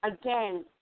again